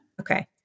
Okay